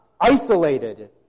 isolated